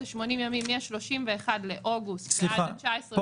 זה 80 ימים מה-31 באוגוסט עד ה-19 בנובמבר.